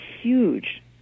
huge